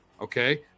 Okay